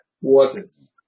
waters